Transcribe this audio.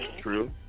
True